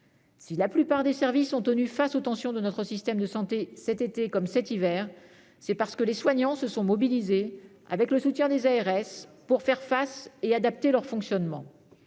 Si la plupart des services ont tenu face aux tensions de notre système de santé cet été comme cet hiver, c'est parce que les soignants se sont mobilisés avec le soutien des ARS pour y faire face et adapter leur fonctionnement.